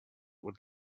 would